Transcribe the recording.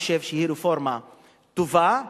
חושב שהיא רפורמה טובה,